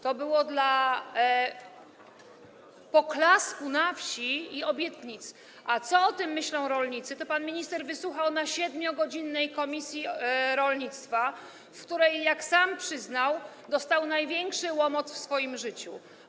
To było dla poklasku na wsi i obietnic, a co o tym myślą rolnicy, to pan minister wysłuchał na 7-godzinnym posiedzeniu komisji rolnictwa, w której - jak sam przyznał - dostał największy łomot w swoim życiu.